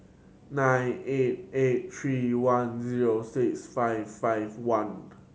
nine eight eight three one zero six five five one